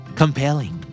compelling